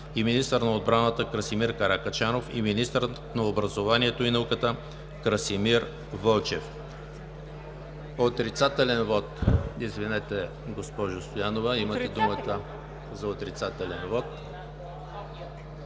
и министър на отбраната Красимир Каракачанов; и министърът на образованието и науката Красимир Вълчев.